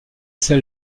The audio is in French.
essai